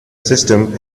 system